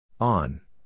On